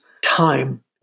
time